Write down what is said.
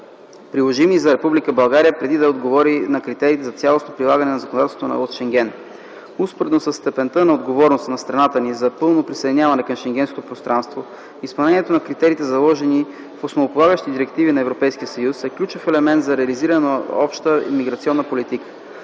приложими за Република България преди да отговори на критериите за цялостното прилагане на законодателството от Шенген. Успоредно със степента на готовност на страната ни за пълното присъединяване към Шенгенското пространство, изпълнението на критериите, заложени в основополагащи директиви на ЕС, е ключов елемент за реализиране на обща миграционна политика.